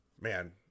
man